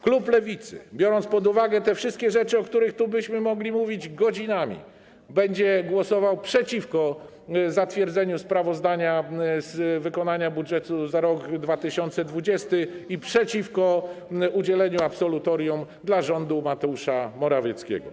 Klub Lewicy, biorąc pod uwagę te wszystkie rzeczy, o których moglibyśmy tu mówić godzinami, będzie głosował przeciwko zatwierdzeniu sprawozdania z wykonania budżetu za rok 2020 i przeciwko udzieleniu absolutorium rządowi Mateusza Morawieckiego.